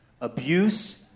Abuse